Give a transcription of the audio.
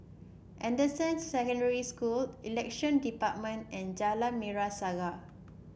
Anderson Secondary School Election Department and Jalan Merah Saga